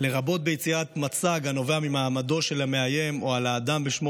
לרבות ביצירת מצג הנובע ממעמדו של המאיים או של האדם שבשמו